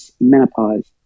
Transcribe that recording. menopause